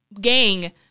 gang